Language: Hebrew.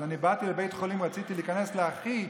אז אני באתי לבית חולים, רציתי להיכנס אל אחי.